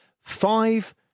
Five